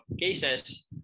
cases